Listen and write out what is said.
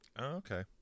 Okay